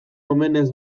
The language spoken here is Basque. omenez